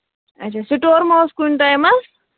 اَچھا سٕٹور مہ اوس کُنہِ ٹایمَس